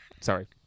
Sorry